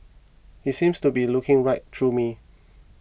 he seemed to be looking right through me